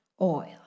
oil